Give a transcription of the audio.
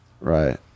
Right